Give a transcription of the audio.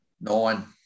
Nine